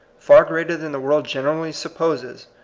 far greater than the world generally sup poses,